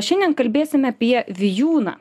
šiandien kalbėsim apie vijūną